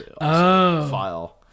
file